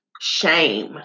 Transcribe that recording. shame